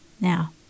now